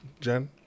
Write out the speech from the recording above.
jen